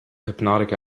hypnotic